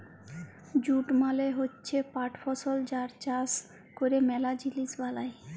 jute মালে হচ্যে পাট ফসল যার চাষ ক্যরে ম্যালা জিলিস বালাই